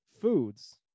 foods